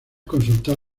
consultar